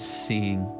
seeing